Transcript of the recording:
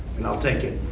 and i'll take it.